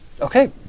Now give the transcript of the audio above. okay